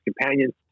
companions